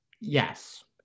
yes